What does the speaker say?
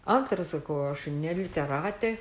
antra sakau aš ne literatė